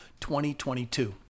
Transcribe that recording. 2022